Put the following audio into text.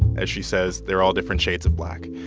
as she says, they're all different shades of black.